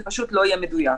זה פשוט לא יהיה מדויק.